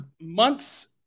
months